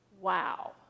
wow